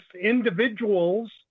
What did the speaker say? individuals